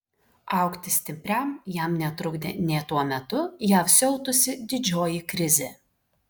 augti stipriam jam netrukdė nė tuo metu jav siautusi didžioji krizė